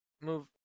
Move